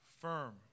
firm